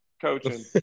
coaching